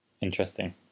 Interesting